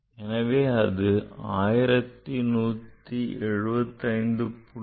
எனவே அது 1175